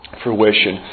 fruition